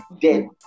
dead